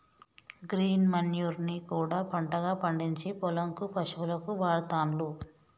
green manure ని కూడా పంటగా పండిచ్చి పొలం కు పశువులకు వాడుతాండ్లు